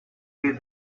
read